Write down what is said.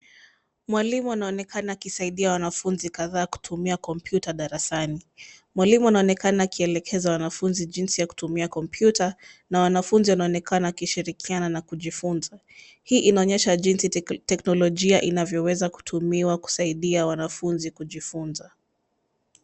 Mwalimu anaonekana akisaidia wanafunzi kadhaa kutumia kompyuta darasani. Mwalimu anaonekana akielekeza wanafunzi jinsi ya kutumia kompyuta na wanafunzi wanaonekana wakishirikiana na kujifunza. Hii inaonyesha jinsi teknolojia inavyoweza kutumiwa kusaidia wanafunzi kujifunza.